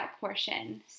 portion